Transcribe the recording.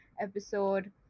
episode